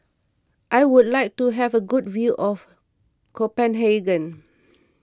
I would like to have a good view of Copenhagen